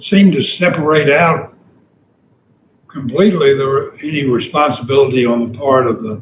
seem to separated out completely there are any responsibility on the part of the